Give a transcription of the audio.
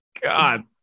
god